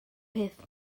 peth